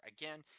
Again